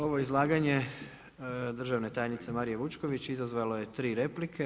Ovo je izlaganje državne tajnice Marije Vučković, izazvalo je tri replike.